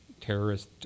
terrorist